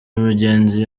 umugenzi